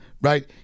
Right